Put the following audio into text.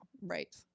Right